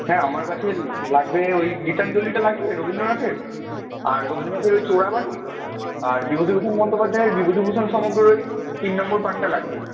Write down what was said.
হ্যাঁ আমার কাছে লাগবে ওই গীতাঞ্জলিটা লাগবে রবীন্দ্রনাথের আর রবীন্দ্রনাথের ওই চোরাবালি আর বিভূতিভূষণ বন্দ্যোপাধ্যায়ের বিভূতিভূষণ সমগ্রর ওই তিন নম্বর পার্টটা লাগবে